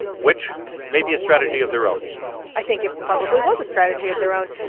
which may be a strategy of their own i think it probably was a strategy of their own.